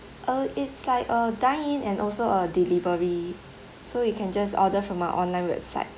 uh it's like uh dine in and also uh delivery so you can just order from our online website